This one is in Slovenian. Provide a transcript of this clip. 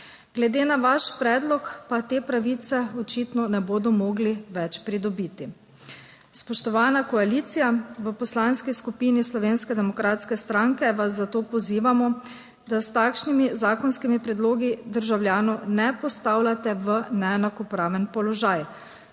Glede na vaš predlog pa te pravice očitno ne bodo mogli več pridobiti. Spoštovana koalicija, v Poslanski skupini Slovenske demokratske stranke vas zato pozivamo, da s takšnimi zakonskimi predlogi državljanov ne postavljate v neenakopraven položaj.